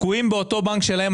תקועים באותו בנק שלהם,